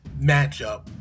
matchup